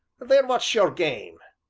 then what's your game?